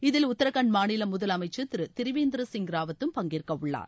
இதில் உத்தரகாள்ட் மாநில முதலமைச்சர் திரு திரிவேந்திர சிங் ராவத்தும் பங்கேற்க உள்ளார்